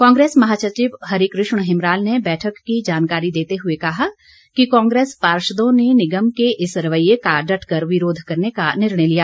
कांग्रेस महासचिव हरिकृष्ण हिमराल ने बैठक की जानकारी देते हुए कहा कि कांग्रेस पार्षदों ने निगम के इस रवैये का डटकर विरोध करने का निर्णय लिया